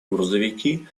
грузовики